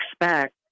expect